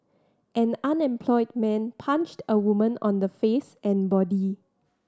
an unemployed man punched a woman on the face and body